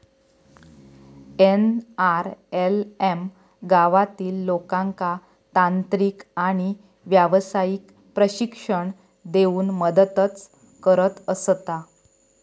NRLM गावातील लोकांका तांत्रिक आणि व्यावसायिक प्रशिक्षण देऊन मदतच करत असता